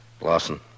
Lawson